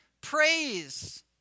praise